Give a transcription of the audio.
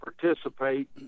participate